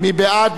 מי בעד?